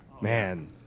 Man